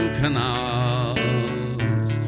canals